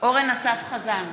אורן אסף חזן,